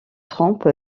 trompe